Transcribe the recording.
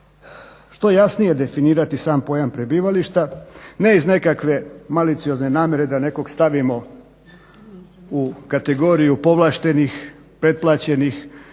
što jasnije definirati sam pojam prebivališta ne iz nekakve maliciozne namjere da nekog stavimo u kategoriju povlaštenih pretplaćenih